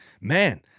Man